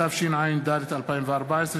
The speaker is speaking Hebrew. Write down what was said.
התשע"ד 2014,